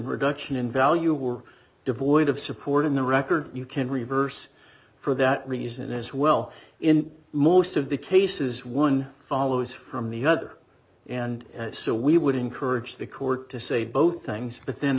reduction in value were devoid of support in the record you can reverse for that reason as well in most of the cases one follows from the other and so we would encourage the court to say both things but then